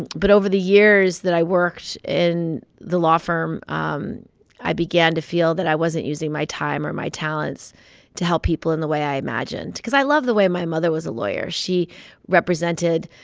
but over the years that i worked in the law firm, um i began to feel that i wasn't using my time or my talents to help people in the way i imagined cause i love the way my mother was a lawyer. she represented